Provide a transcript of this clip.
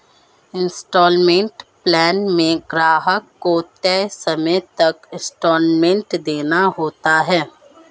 instalment plan में ग्राहक को तय समय तक इन्सटॉलमेंट देना होता है